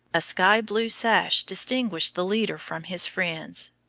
a sky-blue sash distinguished the leader from his friends.